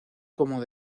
como